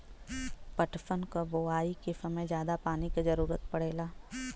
पटसन क बोआई के समय जादा पानी क जरूरत पड़ेला